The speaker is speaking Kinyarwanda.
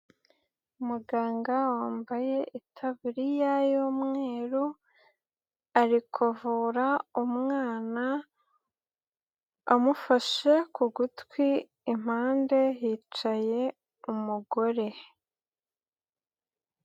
Umuganga wambaye itaburiya y'umweru ari kuvura umwana amufashe ku gutwi impande hicaye umugore.